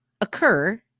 occur